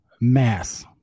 mass